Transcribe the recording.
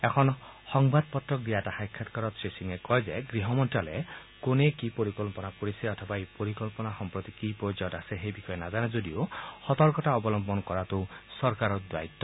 এখন সংবাদ পত্ৰক দিয়া এটা সাক্ষাংকাৰত শ্ৰীসিঙে কয় যে গৃহ মন্ত্যালয়ে কোনে কি পৰিকল্পনা কৰিছে অথবা এই পৰিকল্পনা সম্প্ৰতি কি পৰ্যায়ত আছে সেই বিষয়ে নাজানে যদিও সতৰ্কতা অৱলম্বন কৰাটো চৰকাৰৰ দায়িত্ব